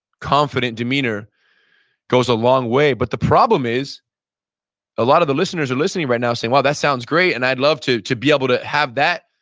confident demeanor goes a long way but the problem is a lot of the listeners are listening right now and saying, well, that sounds great and i'd love to to be able to have that.